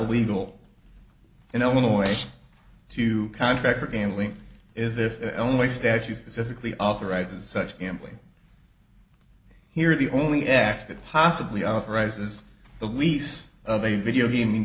legal in illinois to contract for gambling is if only statutes pacifically authorizes such gambling here the only act that possibly authorizes the lease of a video gam